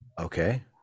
Okay